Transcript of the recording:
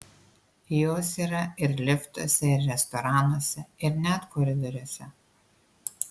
jos yra ir liftuose ir restoranuose ir net koridoriuose